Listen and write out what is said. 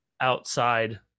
outside